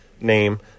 name